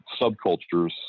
subcultures